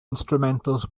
instrumentals